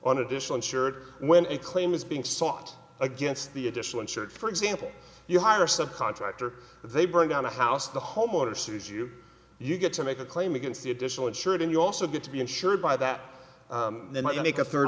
on additional insured when a claim is being sought against the additional insured for example you hire a subcontractor they bring down a house the homeowner says you you get to make a claim against the additional insured and you also get to be insured by that they might make a third